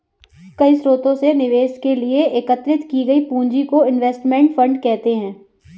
कई स्रोतों से निवेश के लिए एकत्रित की गई पूंजी को इनवेस्टमेंट फंड कहते हैं